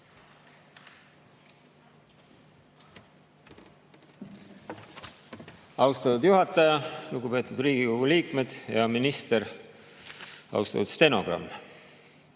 Austatud juhataja! Lugupeetud Riigikogu liikmed! Hea minister! Austatud stenogramm!